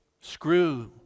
Screw